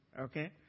Okay